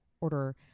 order